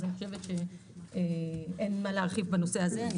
אז אני חושבת שאין מה להרחיב בנושא הזה.